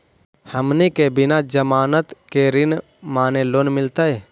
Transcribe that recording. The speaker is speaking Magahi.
हमनी के बिना जमानत के ऋण माने लोन मिलतई?